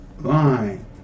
line